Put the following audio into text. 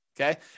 Okay